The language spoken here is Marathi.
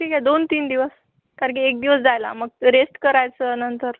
ठीक आहे दोन तीन दिवस कारण की एक दिवस जायला मग रेस्ट करायचं नंतर